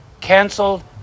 canceled